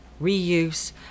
reuse